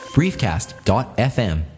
briefcast.fm